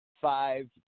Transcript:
Five